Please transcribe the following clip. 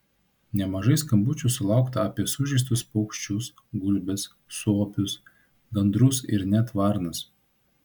nemažai skambučių sulaukta apie sužeistus paukščius gulbes suopius gandrus ir net varnas